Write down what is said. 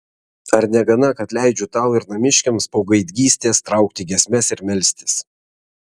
ar negana kad leidžiu tau ir namiškiams po gaidgystės traukti giesmes ir melstis